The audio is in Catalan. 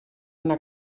una